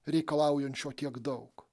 reikalaujančio tiek daug